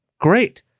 great